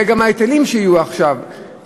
וגם ההיטלים שיהיו עכשיו,